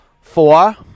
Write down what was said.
Four